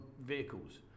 vehicles